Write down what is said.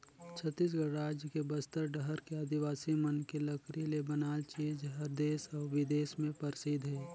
छत्तीसगढ़ रायज के बस्तर डहर के आदिवासी मन के लकरी ले बनाल चीज हर देस अउ बिदेस में परसिद्ध हे